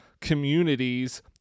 communities